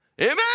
Amen